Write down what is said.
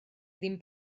ddim